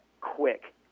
quick